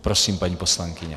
Prosím, paní poslankyně.